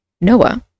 Noah